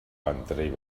ventrell